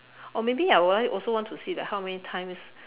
or maybe I would I also want to see like how many times